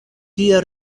tia